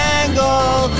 angle